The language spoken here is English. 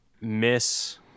miss